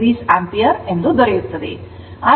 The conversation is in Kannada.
7o ಆಂಪಿಯರ್ ದೊರೆಯುತ್ತದೆ